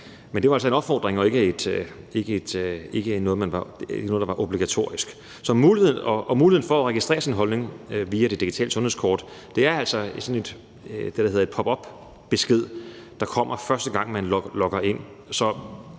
Men det var altså en opfordring og ikke noget, der var obligatorisk, og muligheden for at registrere sin holdning via det digitale sundhedskort, og det er altså det, der hedder en pop op-besked, der kommer, første gang man logger ind,